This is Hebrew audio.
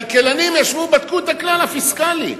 כלכלנים ישבו ובדקו את הכלל הפיסקלי.